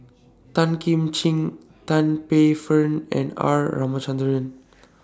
Tan Kim Ching Tan Paey Fern and R Ramachandran